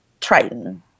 Triton